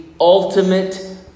ultimate